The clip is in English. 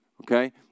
okay